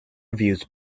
reviews